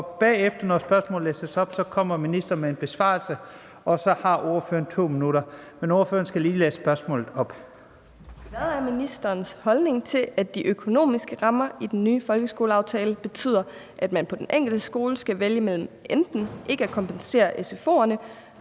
af spørgsmålet kommer ministeren med en besvarelse, og så har ordføreren 2 minutter. Men ordføreren skal lige læse spørgsmålet op). Ja. Hvad er ministerens holdning til, at de økonomiske rammer i den nye folkeskoleaftale betyder, at man på den enkelte skole skal vælge mellem enten ikke at kompensere sfo’erne